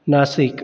Nashik